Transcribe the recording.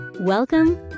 Welcome